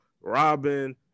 Robin